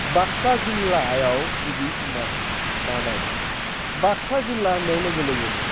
बाक्सा जिल्लायाव गिबि समाज दानाय बाक्सा जिल्ला होननाय लोगो लोगोनो